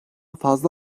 fazla